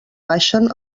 baixen